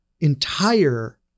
entire